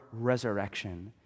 resurrection